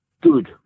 good